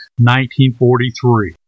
1943